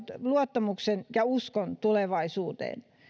luottamuksen ja uskon tulevaisuuteen